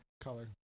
color